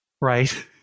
Right